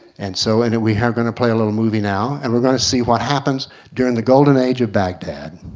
and so and we are going to play a little movie now and we are going to see what happens during the golden age of baghdad.